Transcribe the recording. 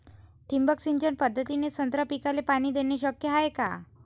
ठिबक सिंचन पद्धतीने संत्रा पिकाले पाणी देणे शक्य हाये का?